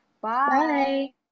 Bye